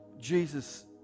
Jesus